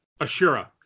Ashura